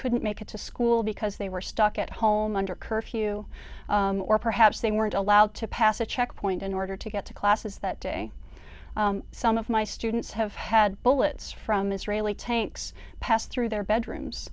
couldn't make it to school because they were stuck at home under curfew or perhaps they weren't allowed to pass a checkpoint in order to get to classes that day some of my students have had bullets from israeli tanks pass through their bedrooms